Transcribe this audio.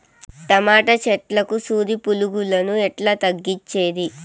Tomato చెట్లకు సూది పులుగులను ఎట్లా తగ్గించేది?